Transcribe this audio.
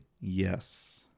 Yes